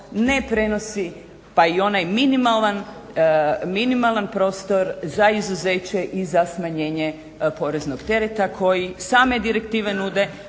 ne prenosi pa i onaj minimalan prostor za izuzeće i za smanjenje poreznog tereta koji same direktive nude,